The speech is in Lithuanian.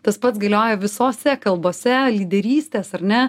tas pats galioja visose kalbose lyderystės ar ne